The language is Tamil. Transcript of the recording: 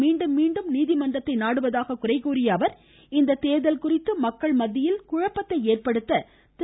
மீண்டும் மீண்டும் நீதிமன்றத்தை நாடுவதாக குறைகூறிய அவர் இத்தேர்தல் குறித்து மக்கள் மத்தியில் குழப்பத்தை ஏற்படுத்த திரு